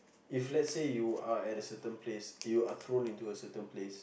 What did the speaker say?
if let's say you are at a certain place you are thrown into a certain place